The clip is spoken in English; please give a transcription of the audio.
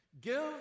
Give